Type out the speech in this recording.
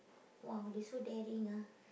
!wow! they so daring ah